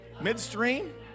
midstream